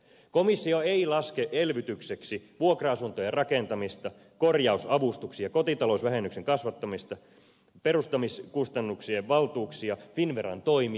komissio ei laske elvytykseksi vuokra asuntojen rakentamista korjausavustuksia kotitalousvähennyksen kasvattamista perustamiskustannuksien valtuuksia finnveran toimia